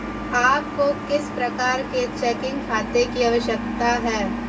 आपको किस प्रकार के चेकिंग खाते की आवश्यकता है?